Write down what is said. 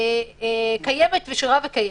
נותני שירות למשרד הבריאות.